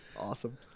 Awesome